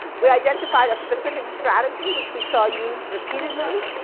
we identified a specific strategy which we saw used repeatedly,